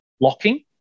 locking